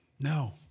No